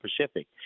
Pacific